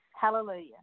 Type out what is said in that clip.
Hallelujah